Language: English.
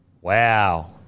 Wow